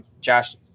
josh